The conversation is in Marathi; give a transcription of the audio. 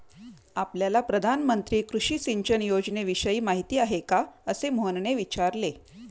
आपल्याला प्रधानमंत्री कृषी सिंचन योजनेविषयी माहिती आहे का? असे मोहनने विचारले